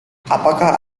apakah